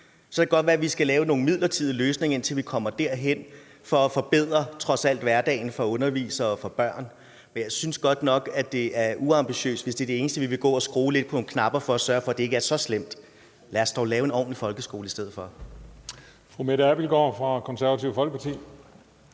Så kan det godt være, at vi skal lave nogle midlertidige løsninger, indtil vi kommer derhen, for trods alt at forbedre hverdagen for underviserne og for børnene. Men jeg synes godt nok, at det er uambitiøst, hvis det eneste, vi vil, er at gå og skrue lidt på nogle knapper for at sørge for, at det ikke er så slemt. Lad os dog lave en ordentlig folkeskole i stedet.